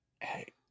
hey